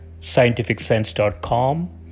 scientificsense.com